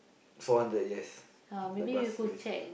four hundred yes the bus service